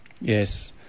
Yes